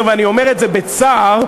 טיבי,